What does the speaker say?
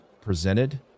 presented